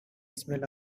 smell